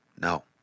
No